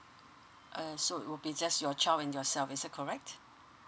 uh so it will be just your child and yourself is that correct